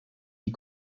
die